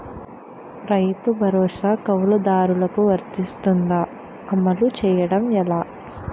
రైతు భరోసా కవులుదారులకు వర్తిస్తుందా? అమలు చేయడం ఎలా